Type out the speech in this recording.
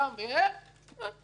בסדר.